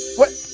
what?